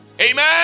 amen